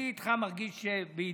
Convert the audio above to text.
אני איתך מרגיש בידידות.